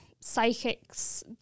psychics